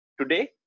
Today